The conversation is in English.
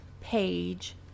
page